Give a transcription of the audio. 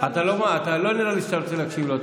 לא נראה לי שאתה רוצה להקשיב לו.